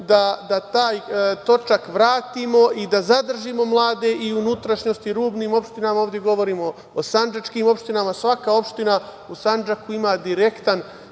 da taj točak vratimo i da zadržimo mlade i u unutrašnjosti, rubnim opštinama, ovde govorim o sandžačkim opštinama, svaka opština u Sandžaku ima direktan